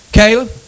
Caleb